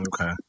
Okay